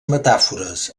metàfores